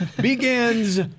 begins